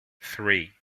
three